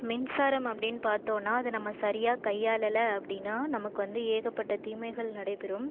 மின்சாரம் அப்படினு பார்த்தோன்னா அது நம்ம சரியாக கையாளலை அப்படின்னா நமக்கு வந்து ஏகப்பட்ட தீமைகள் நடைபெறும்